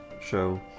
show